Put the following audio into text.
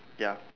ya